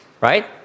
Right